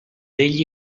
egli